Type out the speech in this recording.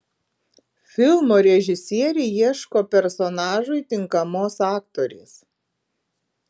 filmo režisieriai ieško personažui tinkamos aktorės